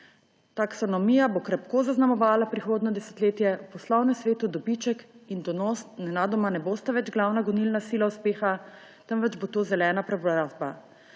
Taksonomija bo krepko zaznamovala prihodnje desetletje, v poslovnem svetu dobiček in donos nenadoma ne bosta več glavna gonilna sila uspeha, temveč bo to zelena preobrazba.